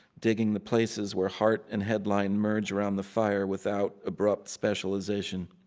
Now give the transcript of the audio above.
digging the places where heart and headline merge around the fire without abrupt specialization.